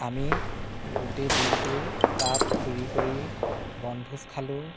আমি গোটেই দিনটো তাত ফুৰি কৰি বনভোজ খালোঁ